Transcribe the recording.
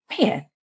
man